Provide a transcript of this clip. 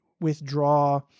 withdraw